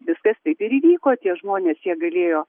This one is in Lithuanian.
viskas taip ir įvyko tie žmonės jie galėjo